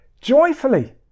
joyfully